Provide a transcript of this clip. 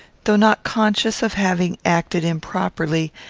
though not conscious of having acted improperly,